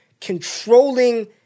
controlling